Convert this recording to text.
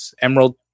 Emerald